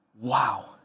Wow